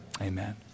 Amen